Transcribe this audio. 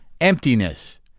Emptiness